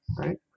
right